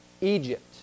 Egypt